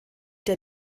der